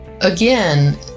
Again